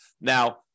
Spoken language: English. Now